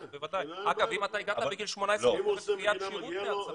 אגב אם הגעת בגיל 18. ואם הוא עושה מכינה מגיע לו?